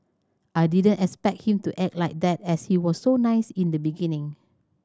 I didn't expect him to act like that as he was so nice in the beginning